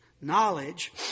Knowledge